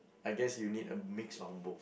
I guess you need a mix of both